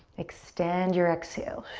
extend your exhale.